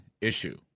issue